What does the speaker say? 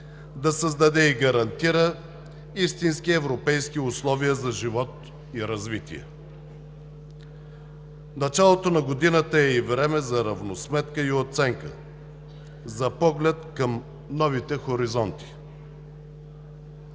да създаде и гарантира истински европейски условия за живот и развитие! Началото на годината е и време за равносметка и оценка, за поглед към новите хоризонти.